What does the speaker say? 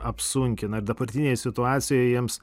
apsunkina ir dabartinėj situacijoj jiems